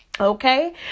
okay